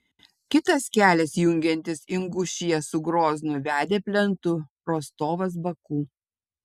kitas kelias jungiantis ingušiją su groznu vedė plentu rostovas baku